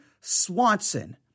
Swanson